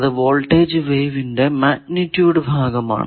അത് വോൾടേജ് വേവിന്റെ മാഗ്നിറ്റൂഡ് ഭാഗമാണ്